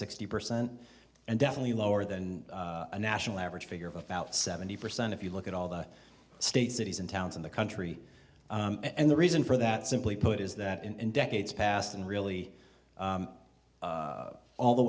sixty percent and definitely lower than the national average figure of about seventy percent if you look at all the states cities and towns in the country and the reason for that simply put is that in decades past and really all the